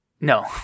No